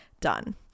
done